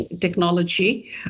technology